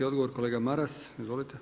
Odgovor kolega Maras, izvolite.